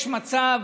יש מצב